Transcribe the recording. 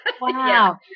Wow